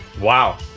Wow